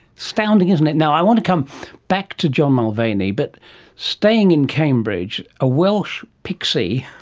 astounding, isn't it. now, i want to come back to john mulvaney, but staying in cambridge, a welsh pixie,